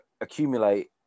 accumulate